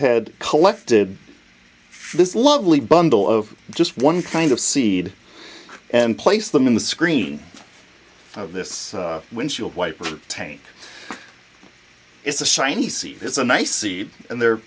had collected this lovely bundle of just one kind of seed and placed them in the screen of this windshield wiper tank it's a shiny sea it's a nice seed in the